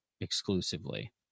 exclusively